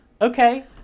Okay